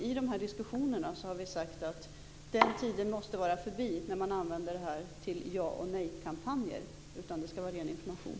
I diskussionen har vi sagt att den tiden måste vara förbi när man använder det här till ja eller nejkampanjer. Det skall vara ren information.